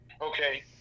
okay